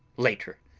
later.